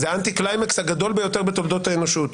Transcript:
זה האנטי-קליימקס הגדול ביותר בתולדות האנושות,